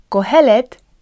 Kohelet